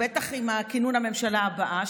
בטח עם כינון הממשלה הבאה,